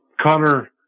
Connor